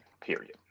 Period